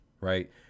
right